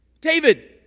David